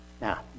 Now